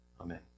Amen